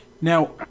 now